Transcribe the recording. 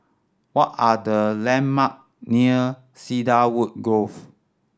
what are the landmark near Cedarwood Grove